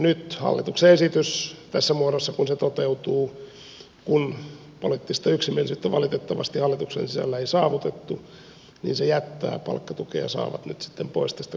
nyt kun hallituksen esitys tässä muodossa toteutuu kun poliittista yksimielisyyttä valitettavasti hallituksen sisällä ei saavutettu se jättää palkkatukea saavat nyt sitten pois tästä kokeilusta